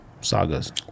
Sagas